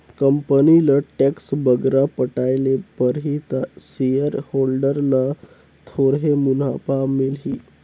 company ल tax बगरा पटाए ले परही ता सेयर होल्डर ल थोरहें मुनाफा मिलही